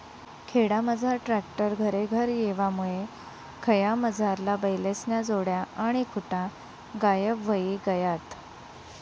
खेडामझार ट्रॅक्टर घरेघर येवामुये खयामझारला बैलेस्न्या जोड्या आणि खुटा गायब व्हयी गयात